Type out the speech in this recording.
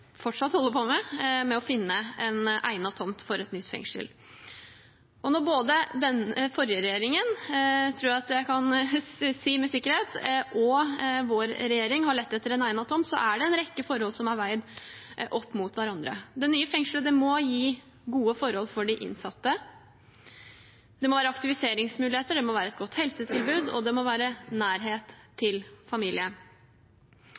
Når både den forrige regjeringen – tror jeg at jeg kan si med sikkerhet – og vår regjering har lett etter en egnet tomt, er det en rekke forhold som er veid opp mot hverandre. Det nye fengselet må gi gode forhold for de innsatte, det må være aktiviseringsmuligheter, det må være et godt helsetilbud, og det må være nærhet